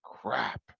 crap